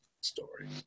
story